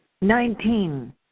Nineteen